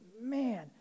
man